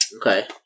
Okay